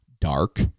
dark